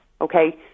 Okay